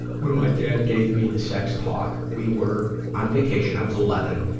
when my dad gave me the sex talk, we were on vacation. i was eleven.